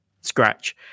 scratch